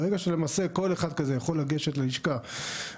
ברגע שלמעשה כל אחד כזה יכול לגשת ללשכה ולהירשם,